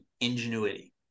ingenuity